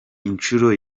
inshuro